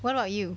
what about you